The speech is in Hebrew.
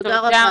תודה רבה לכם.